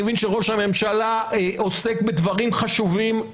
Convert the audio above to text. אני מבין שראש הממשלה עוסק בדברים חשובים אחרים,